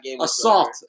Assault